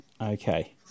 Okay